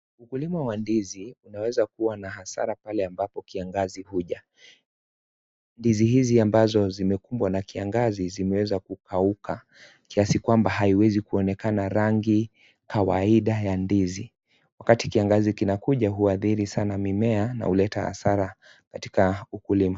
Ukulima wa ndizi unaweza kuwa na hasara pale ambapo kiangazi huja, ndizi hizi ambazo zimekumbwa na kiangazi zimeweza kukauka kiasi kwamba haiwezi kuonekana rangi kawaida ya ndizi wakati kiangazi kinakuja huadhiri sana mimea na huleta hasara katika ukulima.